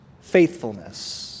faithfulness